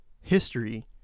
history